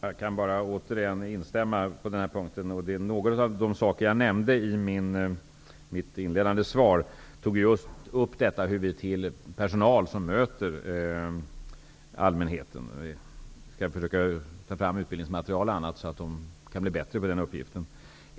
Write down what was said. Fru talman! Jag kan bara återigen instämma på den här punkten. I mitt inledande svar tog jag just upp några saker om hur vi till personal som möter allmänheten skall försöka ta fram utbildningsmaterial och annat, så att de kan bli bättre på den uppgiften.